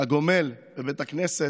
הגומל בבית הכנסת,